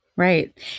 Right